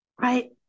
Right